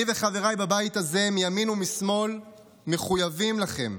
אני וחבריי בבית הזה מימין ומשמאל מחויבים לכם,